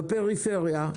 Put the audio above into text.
בפריפריה,